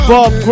Bob